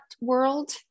world